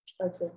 Okay